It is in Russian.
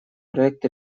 проект